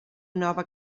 nova